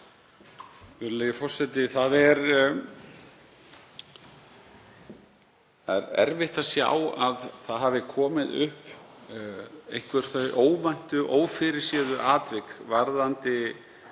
Það er erfitt að sjá að upp hafi komið einhver þau óvæntu, ófyrirséðu atvik varðandi stöðuna